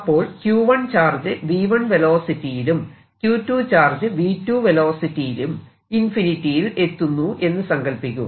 അപ്പോൾ Q1 charge v1 velocity യിലും Q2 charge v2 വെലോസിറ്റിയിലും ഇൻഫിനിറ്റി യിൽ എത്തുന്നു എന്ന് സങ്കൽപ്പിക്കുക